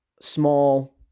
small